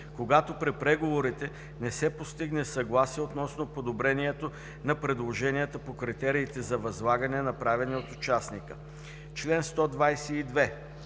когато при преговорите не се постигне съгласие относно подобрението на предложенията по критериите за възлагане, направени от участника.“